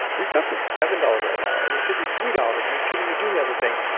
this stuff is seven dollars right now and it should be three dollars and you shouldn't be doing the other thing,